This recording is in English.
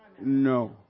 no